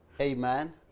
Amen